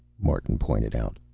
martin pointed out.